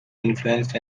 influenced